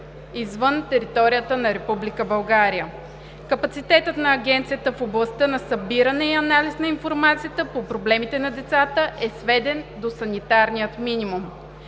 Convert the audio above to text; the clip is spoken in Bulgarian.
извън територията на Република България. Капацитетът на Агенцията в областта на събиране и анализ на информацията по проблемите на децата е сведен до санитарния минимум.